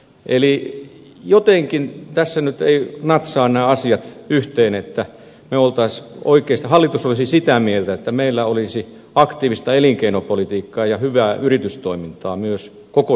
eli jotenkin tässä nyt eivät natsaa nämä asiat yhteen että hallitus olisi sitä mieltä että meillä olisi aktiivista elinkeinopolitiikkaa ja hyvää yritystoimintaa myös koko suomen alueella